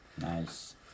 Nice